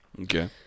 Okay